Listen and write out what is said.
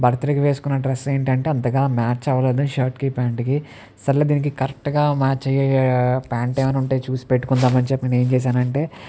బర్త్డేకి వేసుకున్న డ్రెస్ ఏంటంటే అంతగా మ్యాచ్ అవ్వలేదు షర్ట్కి ప్యాంటుకి సర్లే దీనికి కరెక్ట్గా మ్యాచ్ అయ్యే ప్యాంటు ఏమన్నా ఉంటే చూసి పెట్టుకుందామని చెప్పి నేను ఏం చేశాను అంటే